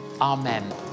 Amen